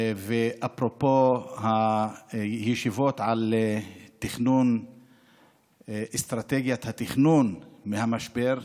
ואפרופו הישיבות על תכנון אסטרטגיית היציאה מהמשבר,